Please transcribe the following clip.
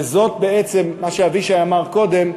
וזאת, בעצם מה שאבישי אמר קודם,